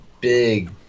big